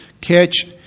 catch